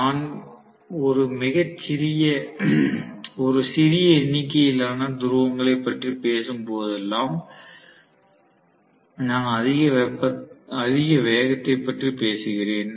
நான் ஒரு சிறிய எண்ணிக்கையிலான துருவங்களைப் பற்றி பேசும் போதெல்லாம் நான் அதிக வேகத்தைப் பற்றி பேசுகிறேன்